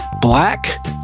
black